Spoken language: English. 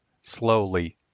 Slowly